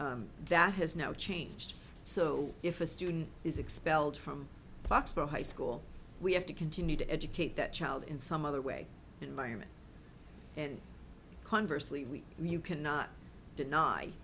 that has now changed so if a student is expelled from foxborough high school we have to continue to educate that child in some other way environment and conversely we you cannot deny